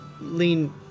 lean